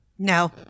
No